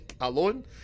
alone